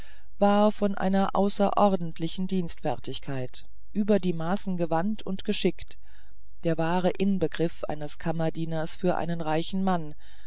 war von einer außerordentlichen dienstfertigkeit über die maßen gewandt und geschickt der wahre inbegriff eines kammerdieners für einen reichen mann